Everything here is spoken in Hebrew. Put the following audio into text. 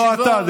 לא אתה,